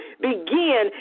begin